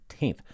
18th